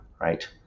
right